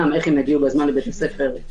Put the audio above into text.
איך הם יגיעו בזמן לבית הספר?